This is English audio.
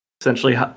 essentially